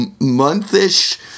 month-ish